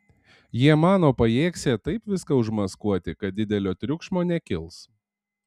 jie mano pajėgsią taip viską užmaskuoti kad didelio triukšmo nekils